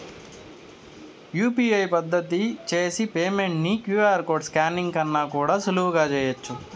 UPI పద్దతిల చేసి payment ని క్యూ.ఆర్ కోడ్ స్కానింగ్ కన్నా కూడా సులువుగా చేయచ్చు